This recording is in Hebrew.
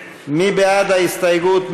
מי בעד ההסתייגות?